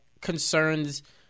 concerns